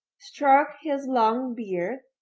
stroked his long beard,